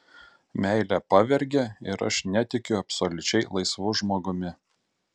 meilė pavergia ir aš netikiu absoliučiai laisvu žmogumi